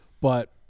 But-